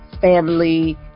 family